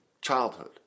childhood